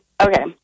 Okay